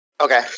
Okay